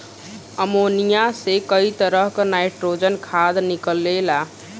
ammonia से कई तरह क नाइट्रोजन खाद निकलेला